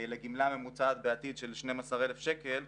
לגמלה ממוצעת בעתיד של 12,000 שקל,